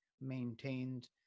maintained